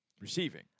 receiving